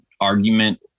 argument